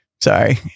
Sorry